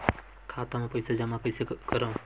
खाता म पईसा जमा कइसे करव?